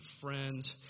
friends